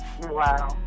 Wow